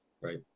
Right